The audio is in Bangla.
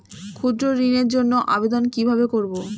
ক্ষুদ্র ঋণের জন্য আবেদন কিভাবে করব?